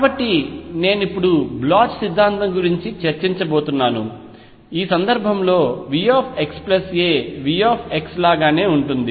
కాబట్టి నేను ఇప్పుడు పొటెన్షియల్ సిద్ధాంతం గురించి చర్చించబోతున్నాను ఈ సందర్భంలో V xa V లాగానే ఉంటుంది